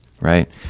right